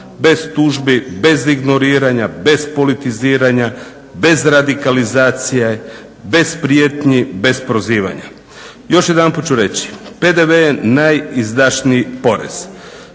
Bez tužbi, bez ignoriranja, bez politiziranja, bez radikalizacije, bez prijetnji, bez prozivanja. Još jedanput ću reći PDV je najizdašniji porez.